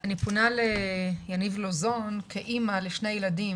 אני פונה ליניב לוזון כאימא לשני ילדים,